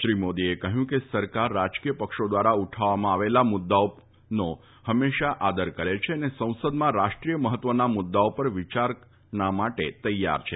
શ્રી મોદીએ કહયું કે સરકાર રાજકીય પક્ષો ધ્વારા ઉઠાવવામાં આવેલા મુદૃઓ પર હંમેશા આદર કરે છે અને સંસદમાં રાષ્ટ્રીય મહત્વના મુદૃઓ પર વિયાર કરવા માટે તૈથાર છે